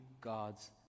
God's